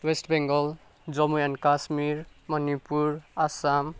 West Bengal Jammu and Kashmir Manipur Assam